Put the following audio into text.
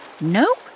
Nope